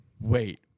Wait